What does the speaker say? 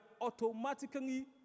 automatically